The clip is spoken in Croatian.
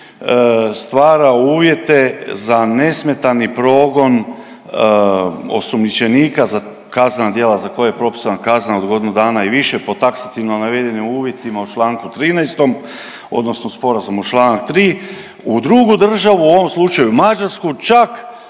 stvara uvjete za nesmetani progon osumnjičenika za kaznena djela za koja je propisana kazna od godinu dana i više po taksativno navedenim uvjetima u čl. 13. odnosno sporazum u čl. 3. u drugu državu, u ovom slučaju Mađarsku čak